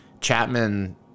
Chapman